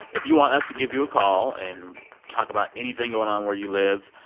if you want us to give you a call and talk about anything going on where you live,